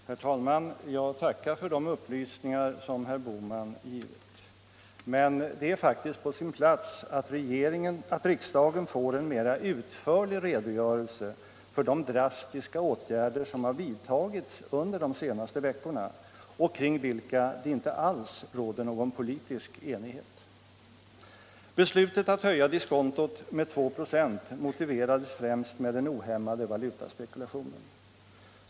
Herr talman! Jag tackar för de upplysningar som herr Bohman givit, men det är faktiskt på sin plats att riksdagen får en redogörelse för de drastiska åtgärder som vidtagits under de senaste veckorna och kring vilka det inte alls råder någon politisk enighet. Beslutet att höja diskontot med 2 ”5 motiverades främst med den ohämmade valutaspekulationen.